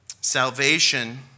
Salvation